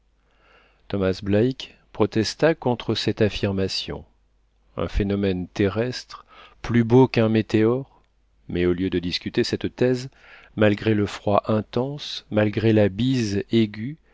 thomas black protesta contre cette affirmation un phénomène terrestre plus beau qu'un météore mais au lieu de discuter cette thèse malgré le froid intense malgré la bise aiguë